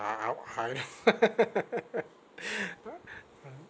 ah ah high